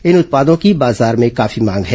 इन उत्पादों की बाजार में काफी मांग हैं